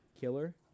Killer